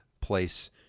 place